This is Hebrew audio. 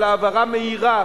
על העברה מהירה,